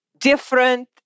different